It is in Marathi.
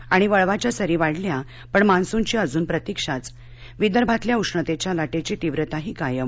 आणि वळवाच्या सरी वाढल्या पण मान्सूनची अजून प्रतिक्षाच विदर्भातल्या उष्णतेच्या लाटेची तीव्रताही कायम